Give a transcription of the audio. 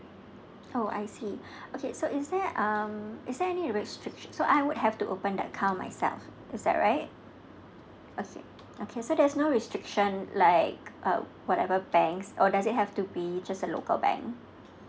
oh I see okay so is there um is there any restrict so I would have to open the account myself is that right okay okay so there's no restriction like uh whatever banks or does it have to be just a local bank